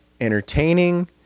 entertaining